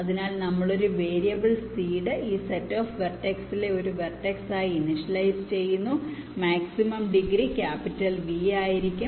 അതിനാൽ നമ്മൾ ഒരു വേരിയബിൾ സീഡ് ഈ സെറ്റ് ഓഫ് വെർട്ടെക്സിലെ ഒരു വെർടെക്സ് ആയി ഇനിഷ്യലിസ് ചെയ്യുന്നു മാക്സിമം ഡിഗ്രി V ക്ക് ആയിരിക്കും